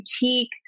boutique